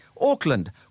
Auckland